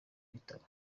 bitaro